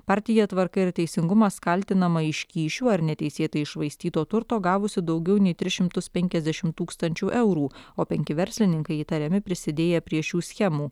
partija tvarka ir teisingumas kaltinama iš kyšių ar neteisėtai iššvaistyto turto gavusi daugiau nei tris šimtus penkiasdešim tūkstančių eurų o penki verslininkai įtariami prisidėję prie šių schemų